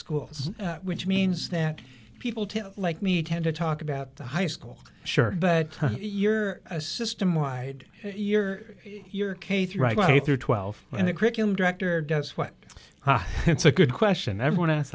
schools which means that people to like me tend to talk about the high school sure but you're a system wide you're your k through twelve and the curriculum director does what it's a good question everyone ask